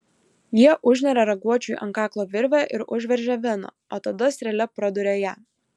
jie užneria raguočiui ant kaklo virvę ir užveržia veną o tada strėle praduria ją